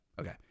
Okay